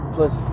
Plus